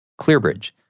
ClearBridge